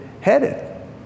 headed